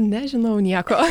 nežinau nieko